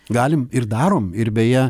galim ir darom ir beje